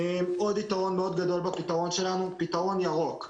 עוד יתרון גדול מאוד בפתרון שלנו שהוא פתרון ירוק.